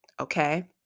Okay